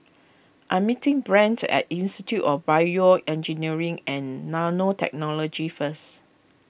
I am meeting Brent at Institute of BioEngineering and Nanotechnology first